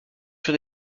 sur